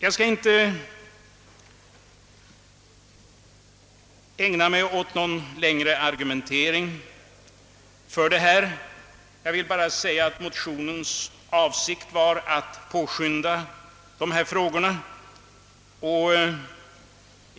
Jag skall inte ge mig in på någon längre argumentering för detta förslag. Jag vill bara säga att avsikten med motionen varit att påskynda behandlingen av dessa frågor.